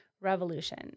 revolution